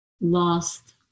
lost